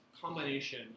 combination